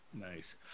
Nice